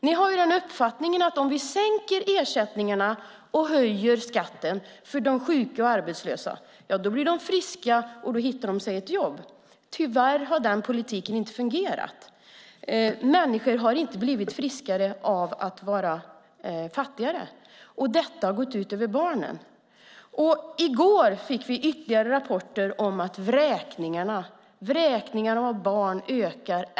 Ni har uppfattningen att om vi sänker ersättningarna och höjer skatten för de sjuka och arbetslösa blir de friska och hittar ett jobb. Den politiken har tyvärr inte fungerat. Människor har inte blivit friskare av att vara fattigare. Det har gått ut över barnen. I går fick vi rapporter om att vräkningar av barn ökar.